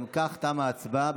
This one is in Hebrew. אם כך, תמה ההצבעה.